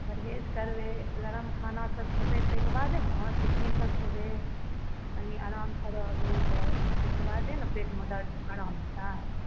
परहेज करबै लरम खाना सब खेबै तै के बादे ने खिचड़ी सब खेबै कनी आरामसँ रहबै तऽ तैके बादे ने पेटमे दर्द आराम हेतै